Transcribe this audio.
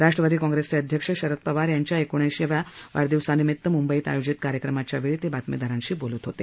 राष्ट्रवादी काँग्रेसचे अध्यक्ष शरद पवार यांच्या एकोणऐंशीव्या वाढदिवसानिमित्त मुंबईत आयोजित कार्यक्रमाच्या वेळी ते बातमीदारांशी बोलत होते